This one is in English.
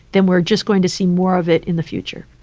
then we're just going to see more of it in the future